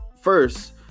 first